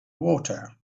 water